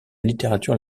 littérature